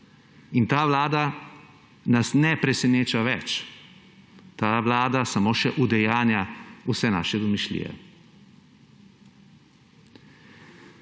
Ta vlada nas ne preseneča več, ta vlada samo še udejanja vse naše domišljije.